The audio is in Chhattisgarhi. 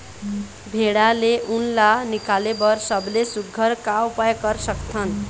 भेड़ा ले उन ला निकाले बर सबले सुघ्घर का उपाय कर सकथन?